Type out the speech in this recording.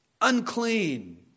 Unclean